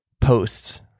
posts